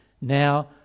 now